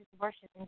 worshiping